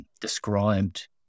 described